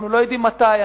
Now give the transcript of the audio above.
אנחנו לא יודעים מתי.